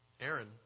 Aaron